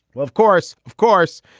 of course. of course,